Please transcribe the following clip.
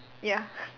ya